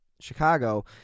Chicago